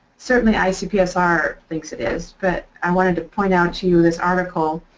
certainly icpsr thinks it is, but i wanted to point out to you this article